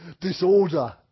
Disorder